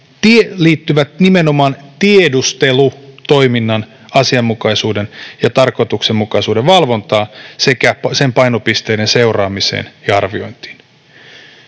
liittyvät nimenomaan tiedustelutoiminnan asianmukaisuuden ja tarkoituksenmukaisuuden valvontaan sekä sen painopisteiden seuraamiseen ja arviointiin.